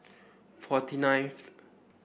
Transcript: forty nineth